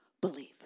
believe